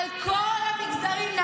אבל מכל המגזרים,